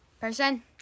Person